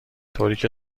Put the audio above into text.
طوریکه